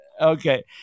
Okay